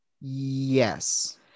Yes